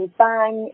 bang